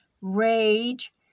rage